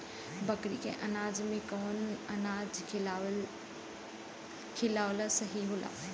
बकरी के अनाज में कवन अनाज खियावल सही होला?